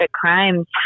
crimes